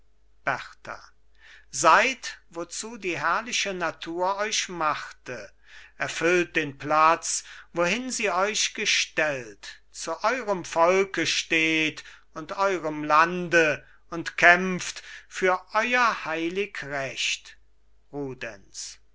berta seid wozu die herrliche natur euch machte erfüllt den platz wohin sie euch gestellt zu eurem volke steht und eurem lande und kämpft für euer heilig recht